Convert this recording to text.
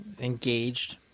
Engaged